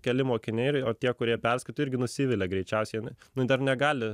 keli mokiniai o tie kurie perskaito irgi nusivilia greičiausiai ane nu dar negali